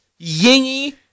Yingy